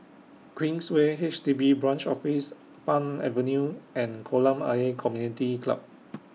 Queensway H D B Branch Office Palm Avenue and Kolam Ayer Community Club